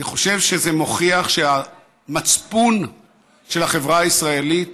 אני חושב שזה מוכיח שהמצפון של החברה הישראלית